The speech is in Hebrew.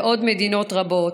ומעוד מדינות רבות,